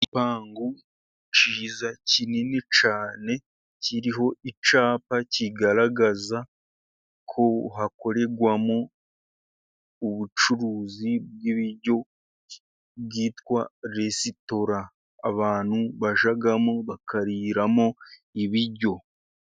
Igipangu cyiza kinini cyane, kiriho icyapa kigaragaza ko hakorerwamo ubucuruzi bw'ibiryo byitwa resitora, abantu bajyamo bakariramo ibiryo.